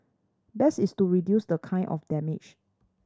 best is to reduce the kind of damage